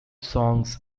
songs